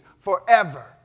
forever